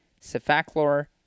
cefaclor